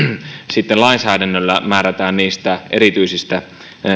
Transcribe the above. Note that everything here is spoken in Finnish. sitten lainsäädännöllä määrätään niistä erityisistä